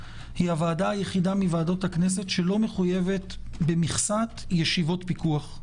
היא היחידה מוועדות הכנסת שלא מחויבת במכסת ישיבות פיקוח.